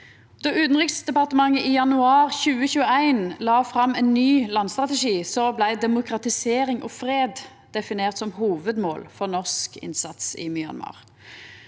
Då Utanriksdepartementet i januar 2021 la fram ein ny landstrategi, blei demokratisering og fred definert som hovudmål for norsk innsats i Myanmar.